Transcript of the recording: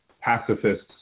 pacifists